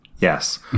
Yes